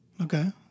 Okay